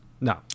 no